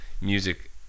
Music